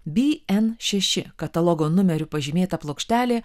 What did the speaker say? by en šeši katalogo numeriu pažymėta plokštelė